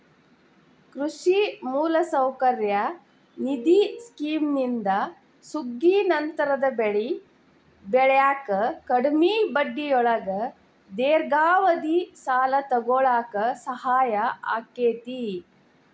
ಕೃಷಿ ಮೂಲಸೌಕರ್ಯ ನಿಧಿ ಸ್ಕಿಮ್ನಿಂದ ಸುಗ್ಗಿನಂತರದ ಬೆಳಿ ಬೆಳ್ಯಾಕ ಕಡಿಮಿ ಬಡ್ಡಿಯೊಳಗ ದೇರ್ಘಾವಧಿ ಸಾಲ ತೊಗೋಳಾಕ ಸಹಾಯ ಆಕ್ಕೆತಿ